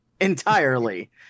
entirely